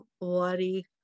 bloody